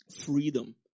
Freedom